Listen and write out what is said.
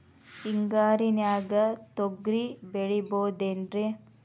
ಹಿಂಗಾರಿನ್ಯಾಗ ತೊಗ್ರಿ ಬೆಳಿಬೊದೇನ್ರೇ?